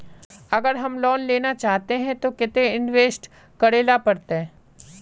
अगर हम लोन लेना चाहते तो केते इंवेस्ट करेला पड़ते?